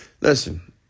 Listen